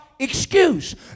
excuse